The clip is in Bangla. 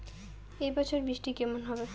এবছর বৃষ্টি কেমন হবে?